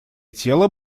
тело